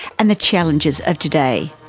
and the challenges of today.